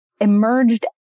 emerged